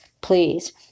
please